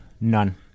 None